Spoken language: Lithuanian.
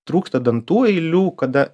trūksta dantų eilių kada